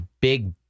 big